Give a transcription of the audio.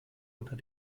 unter